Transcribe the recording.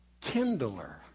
kindler